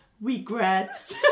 Regrets